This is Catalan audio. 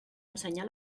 ensenyar